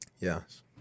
Yes